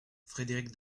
frédéric